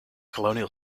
colonial